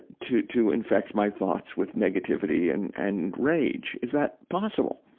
to, to infect my thoughts with negativity and and rage. is that possible?